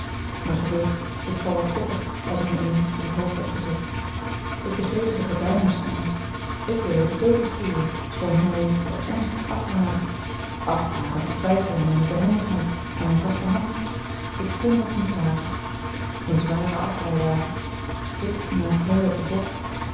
maar gij weet ik val wat koppig als ik mij eens iets in t hoofd heb gezet ik begreep dat ik er bij moest zijn ik wilde de teugels voeren schoon harry het ernstig afraadde afraden was twijfel aan mijne behendigheid aan mijne vaste hand ik kon dat niet dragen een zware afrijwagen ik naast harry op den bok